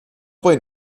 bei